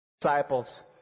disciples